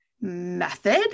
method